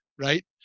right